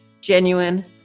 genuine